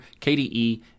KDE